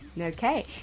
Okay